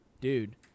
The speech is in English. dude